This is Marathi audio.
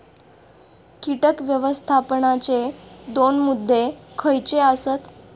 कीटक व्यवस्थापनाचे दोन मुद्दे खयचे आसत?